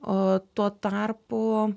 o tuo tarpu